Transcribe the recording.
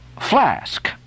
Flask